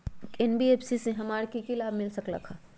NBFC से हमार की की लाभ मिल सक?